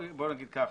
בוא נגיד ככה,